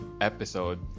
episode